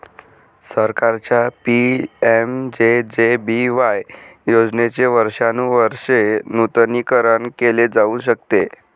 सरकारच्या पि.एम.जे.जे.बी.वाय योजनेचे वर्षानुवर्षे नूतनीकरण केले जाऊ शकते